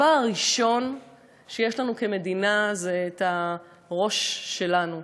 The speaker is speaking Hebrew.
הדבר הראשון שיש לנו כמדינה זה הראש שלנו.